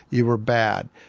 you were bad.